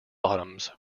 bottoms